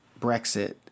Brexit